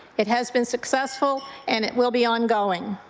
it has been successful and it will be ongoing.